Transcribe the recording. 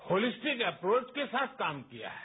holistic approach के साथ काम किया है